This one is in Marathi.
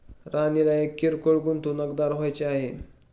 राणीला एक किरकोळ गुंतवणूकदार व्हायचे आहे